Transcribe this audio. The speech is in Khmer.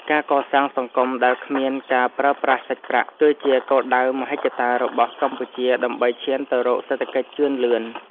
ការកសាងសង្គមដែលគ្មានការប្រើប្រាស់សាច់ប្រាក់ គឺជាគោលដៅមហិច្ឆតារបស់កម្ពុជាដើម្បីឈានទៅរកសេដ្ឋកិច្ចជឿនលឿន។